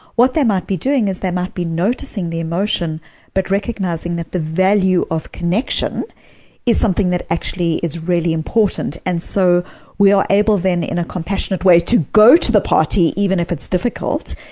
what they might be doing is they might be noticing the emotion but recognizing that the value of connection is something that actually is really important, and so we are able then, in a compassionate way, to go to the party even if it's difficult,